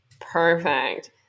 Perfect